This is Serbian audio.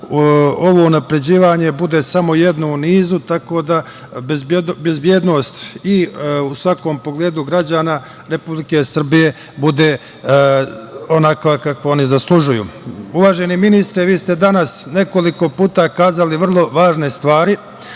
ovo unapređivanje bude samo jedno u nizu, tako da bezbednost u svakom pogledu građana Republike Srbije bude onakva kako oni zaslužuju. Uvaženi ministre, vi ste danas nekoliko puta kazali vrlo važne stvari